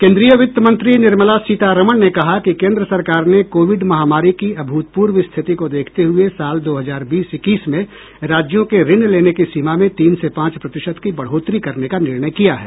केन्द्रीय वित्त मंत्री निर्मला सीतारमण ने कहा कि केन्द्र सरकार ने कोविड महामारी की अभूतपूर्व स्थिति को देखते हुए साल दो हजार बीस इक्कीस में राज्यों के ऋण लेने की सीमा में तीन से पांच प्रतिशत की बढोत्तरी करने का निर्णय किया है